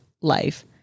life